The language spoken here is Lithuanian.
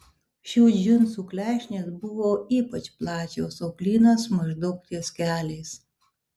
šių džinsų klešnės buvo ypač plačios o klynas maždaug ties keliais